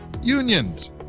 unions